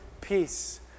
peace